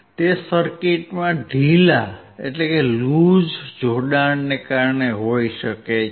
તે સર્કિટમાં ઢીલા જોડાણને કારણે હોઈ શકે છે